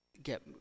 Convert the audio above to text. get